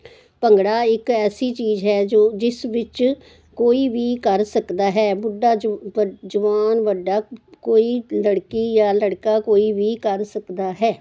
ਭੰਗੜਾ ਇੱਕ ਐਸੀ ਚੀਜ਼ ਹੈ ਜੋ ਜਿਸ ਵਿੱਚ ਕੋਈ ਵੀ ਕਰ ਸਕਦਾ ਹੈ ਬੁੱਢਾ ਜੋ ਵ ਜਵਾਨ ਵੱਡਾ ਕੋਈ ਲੜਕੀ ਜਾਂ ਲੜਕਾ ਕੋਈ ਵੀ ਕਰ ਸਕਦਾ ਹੈ